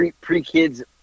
pre-kids